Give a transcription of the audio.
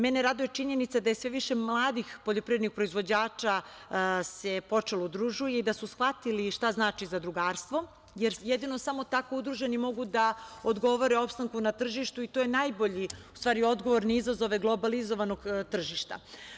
Mene raduje činjenica da je sve više mladih poljoprivrednih proizvođača počelo da se udružuje i da su shvatili šta znači zadrugarstvo, jer jedino samo tako udruženi mogu da odgovore opstanku na tržištu i to je najbolji, u stvari, odgovor na izazove globalizovanog tržišta.